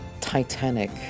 titanic